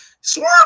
Swerve